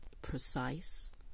precise